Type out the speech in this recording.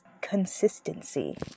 consistency